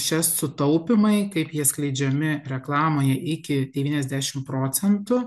šie sutaupymai kaip jie skleidžiami reklamoje iki devyniasdešim procentų